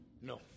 No